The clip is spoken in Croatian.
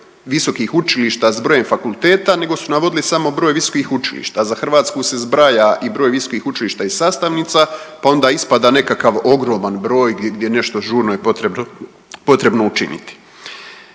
visokih učilišta sa brojem fakulteta, nego su navodili samo broj visokih učilišta a za Hrvatsku se zbraja i broj visokih učilišta i sastavnica, pa onda ispada nekakav ogroman broj gdje je nešto žurno potrebno učiniti.